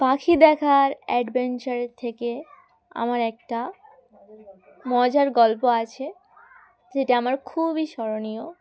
পাখি দেখার অ্যাডভেঞ্চারের থেকে আমার একটা মজার গল্প আছে যেটা আমার খুবই স্মরণীয়